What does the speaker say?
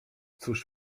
cóż